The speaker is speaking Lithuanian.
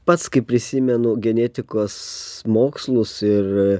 pats kai prisimenu genetikos mokslus ir